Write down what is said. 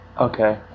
Okay